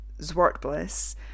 Zwartbliss